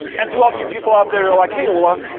and to all you people out there like hey ola,